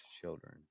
children